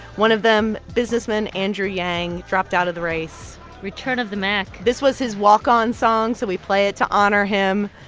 one of them, businessman andrew yang, dropped out of the race return of the mack. this was his walk-on song, so we play it to honor him.